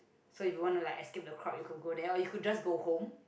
so if you want to like escape the crowd you could go there or you could just go home